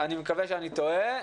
אני מקווה שאני טועה.